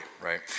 right